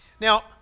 Now